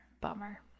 Bummer